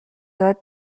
داد